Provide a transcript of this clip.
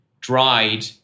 dried